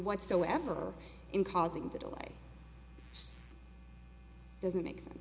whatsoever in causing the delay doesn't make sense